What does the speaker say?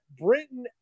Britain